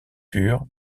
pur